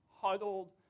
huddled